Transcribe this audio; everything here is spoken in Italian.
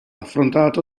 affrontato